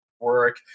work